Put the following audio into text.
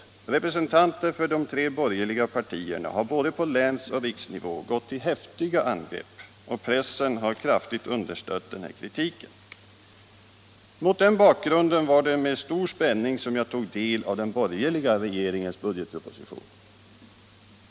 Representanter för de tre borgerliga partierna har på både läns och riksnivå gått till häftiga angrepp. Pressen har också kraftigt understött denna kritik. Mot den bakgrunden var det med stor spänning jag tog del av den borgerliga regeringens budgetproposition.